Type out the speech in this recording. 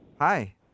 Hi